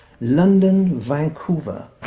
London-Vancouver